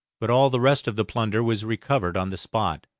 but all the rest of the plunder was recovered on the spot.